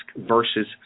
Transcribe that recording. versus